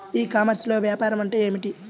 ఈ కామర్స్లో వ్యాపారం అంటే ఏమిటి?